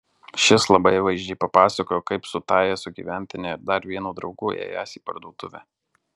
šis labai vaizdžiai papasakojo kaip su tąja sugyventine ir dar vienu draugu ėjęs į parduotuvę